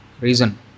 reason